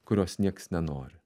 kurios nieks nenori